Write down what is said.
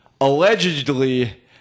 allegedly